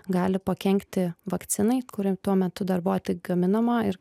gali pakenkti vakcinai kuri tuo metu dar buvo tik gaminama ir